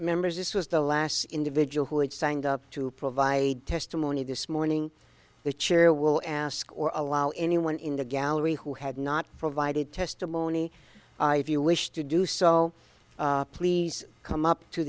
members this was the last individual who had signed up to provide testimony this morning the chair will ask or allow anyone in the gallery who had not provided testimony if you wish to do so please come up to